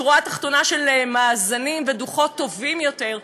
שורה תחתונה של מאזנים ודוחות טובים יותר,